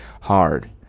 hard